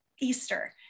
easter